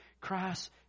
Christ